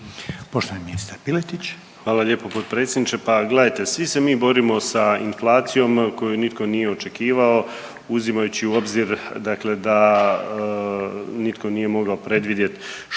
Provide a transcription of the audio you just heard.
Poštovani ministar Piletić.